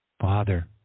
Father